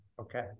Okay